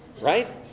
right